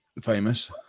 Famous